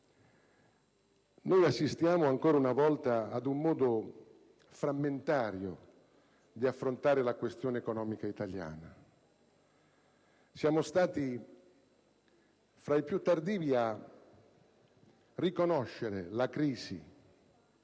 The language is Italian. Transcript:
Assistiamo ancora una volta ad un modo frammentario di affrontare la questione economica italiana. Siamo stati fra i più tardivi a riconoscere la crisi